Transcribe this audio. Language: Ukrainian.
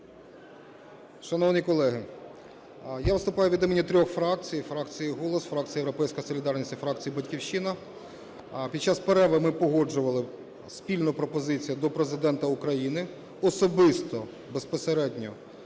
Шановні колеги, я виступаю від імені трьох фракцій: фракції "Голос", фракції "Європейська солідарність" і фракції "Батьківщина". Під час перерви ми погоджували спільну пропозицію до Президента України: особисто безпосередньо